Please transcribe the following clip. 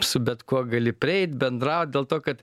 su bet kuo gali prieit bendraut dėl to kad